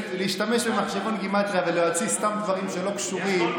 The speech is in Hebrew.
להשתמש במחשבון גימטרייה ולהוציא סתם דברים לא קשורים,